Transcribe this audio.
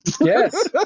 yes